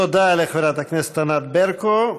תודה לחברת הכנסת ענת ברקו.